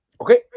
Okay